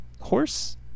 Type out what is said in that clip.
Horse